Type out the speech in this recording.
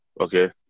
Okay